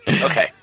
Okay